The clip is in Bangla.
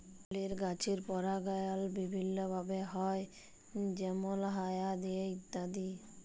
ফলের গাছের পরাগায়ল বিভিল্য ভাবে হ্যয় যেমল হায়া দিয়ে ইত্যাদি